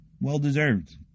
well-deserved